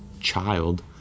child